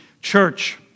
Church